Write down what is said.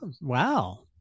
Wow